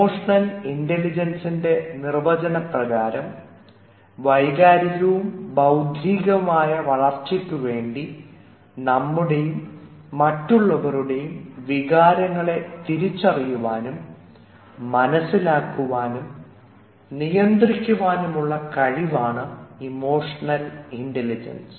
emotional ഇൻറലിജൻസിൻറെ നിർവചനപ്രകാരം വൈകാരികവും ബൌദ്ധികവുമായ വളർച്ചയ്ക്ക് വേണ്ടി നമ്മുടെയും മറ്റുള്ളവരുടെയും വികാരങ്ങളെ തിരിച്ചറിയുവാനും മനസ്സിലാക്കുവാനും നിയന്ത്രിക്കുവാനുമുള്ള കഴിവാണ് ഇമോഷണൽ ഇൻറലിജൻസ്